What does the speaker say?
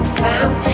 found